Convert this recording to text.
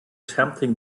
tempting